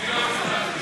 אינו נוכח.